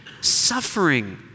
suffering